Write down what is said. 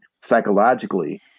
psychologically